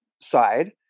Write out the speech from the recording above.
side